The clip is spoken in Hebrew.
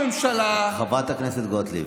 חברת הכנסת גוטליב.